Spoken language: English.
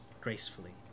gracefully